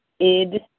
Id